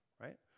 right